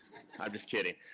i'm just kidding.